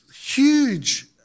huge